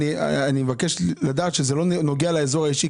אני מבקש לדעת שזה לא נוגע לאזור האישי,